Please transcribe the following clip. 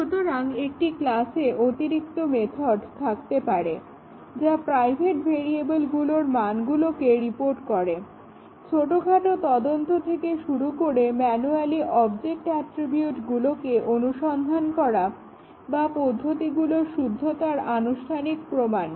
সুতরাং একটি ক্লাসে অতিরিক্ত মেথড থাকতে পারে যা প্রাইভেট ভেরিয়েবলগুলোর মানগুলোকে রিপোর্ট করে ছোটখাটো তদন্ত থেকে শুরু করে ম্যানুয়ালি অবজেক্ট অ্যট্রিবিউটগুলোকে অনুসন্ধান করা বা পদ্ধতিগুলোর শুদ্ধতার আনুষ্ঠানিক প্রমান